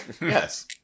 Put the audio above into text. Yes